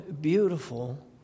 beautiful